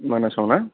मानासावना